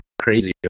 crazy